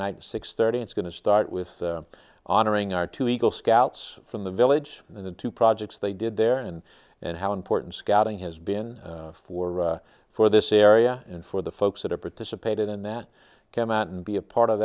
night six thirty it's going to start with honoring our two eagle scouts from the village and into projects they did there and and how important scouting has been for for this area and for the folks that are participating in that came out and be a part of